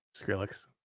Skrillex